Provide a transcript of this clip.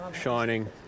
shining